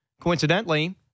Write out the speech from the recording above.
coincidentally